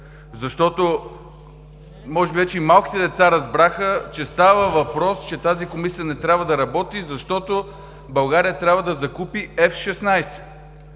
фирма. Може би вече и малките деца разбраха, че става въпрос, че тази Комисия не трябва да работи, защото България трябва да закупи F-16.